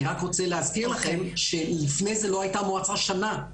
אני רק רוצה להזכיר לכם שלפני זה לא כיהנה מועצה שנה,